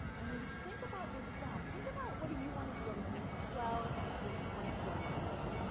and when you think about yourself think about what do you want to do over the next twelve to twenty four months.